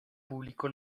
público